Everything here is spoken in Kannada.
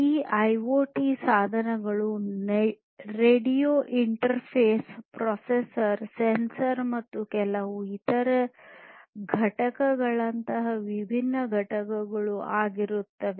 ಈ ಐಒಟಿ ಸಾಧನಗಳು ರೇಡಿಯೊ ಇಂಟರ್ಫೇಸ್ ಪ್ರೊಸೆಸರ್ ಸೆನ್ಸರ್ ಮತ್ತು ಕೆಲವು ಇತರ ಘಟಕಗಳಂತಹ ವಿಭಿನ್ನ ಘಟಕಗಳು ವಾಗಿರುತ್ತವೆ